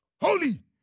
holy